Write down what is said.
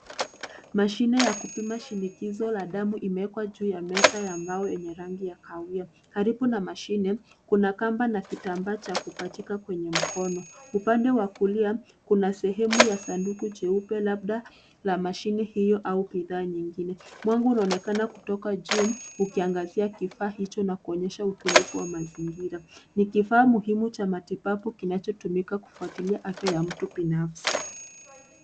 Mashine ya kupima shinikizo la damu imewekwa juu ya meza ya mbao yenye rangi ya kahawia. Karibu na mashine kuna kamba na kitambaa na kupachika kwenye mkono. Upande wa kulia kuna sehemu ya sanduku jeupe labda la mashine hiyo au bidhaa nyingine. Mwanga unaonekana kutoka juu, ukiangazia kifaa hicho na kuonyesha utulivu wa mazingira. Ni kifaa muhimu cha matibabu kinachotumika kufuatilia afya ya mtu binafsi.